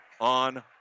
on